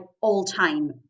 all-time